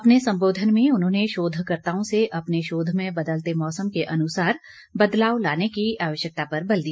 अपने संबोधन में उन्होंने शोधकर्ताओं से अपने शोध में बदलते मौसम के अनुसार बदलाव लाने की आवश्यकता पर बल दिया